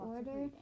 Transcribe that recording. Order